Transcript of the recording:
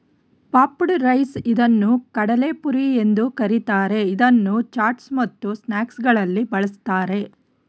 puffed rice ಇದನ್ನು ಕಡಲೆಪುರಿ ಎಂದು ಕರಿತಾರೆ, ಇದನ್ನು ಚಾಟ್ಸ್ ಮತ್ತು ಸ್ನಾಕ್ಸಗಳಲ್ಲಿ ಬಳ್ಸತ್ತರೆ